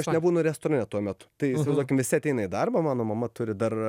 aš nebūnu restorane tuo metu tai įsivaizduokim visi ateina į darbą mano mama turi dar